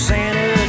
Santa